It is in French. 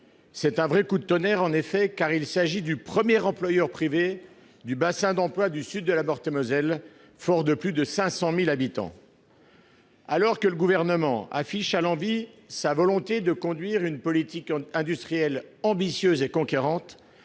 effet un vrai coup de tonnerre, car il s'agit du premier employeur privé du bassin d'emploi du sud du département de Meurthe-et-Moselle, fort de plus de 500 000 habitants. Alors que le Gouvernement affiche à l'envi sa volonté de conduire une politique industrielle ambitieuse et conquérante,